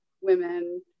women